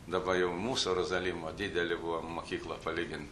dabar jau mūsų rozalimo didelė buvo mokykla palygint